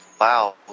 Wow